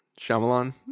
Shyamalan